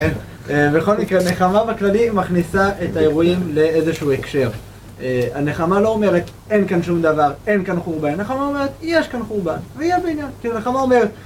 בכל מקרה, נחמה בכללי מכניסה את האירועים לאיזשהו הקשר הנחמה לא אומרת אין כאן שום דבר, אין כאן חורבה הנחמה אומרת יש כאן חורבה ויהיה בעניין הנחמה אומרת